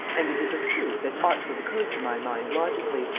and it is a truth that ought to have occurred to my mind logically,